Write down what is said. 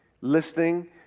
listening